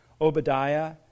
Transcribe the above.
Obadiah